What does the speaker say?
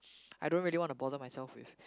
I don't really want to bother myself with